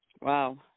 Wow